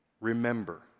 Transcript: remember